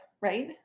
right